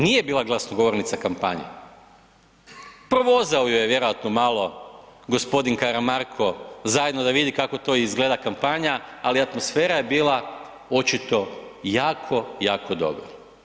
Nije bila glasnogovornica kampanje, provozao ju je vjerojatno gospodin Karamarko zajedno da vidi kako to izgleda kampanja, ali atmosfera je bila očito jako, jako dobra.